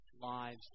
lives